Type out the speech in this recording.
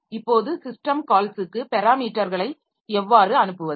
இப்போது சிஸ்டம் கால்ஸ்க்கு பெராமீட்டர்களை எவ்வாறு அனுப்புவது